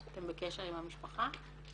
אתם בקשר עם המשפחה?